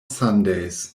sundays